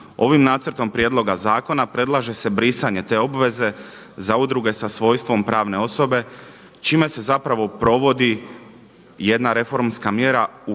Ovim nacrtom prijedloga zakona predlaže se brisanje te obveze za udruge sa svojstvom pravne osobe čime se provodi jedna reformska mjera ukidanje upotrebe